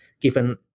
given